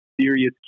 serious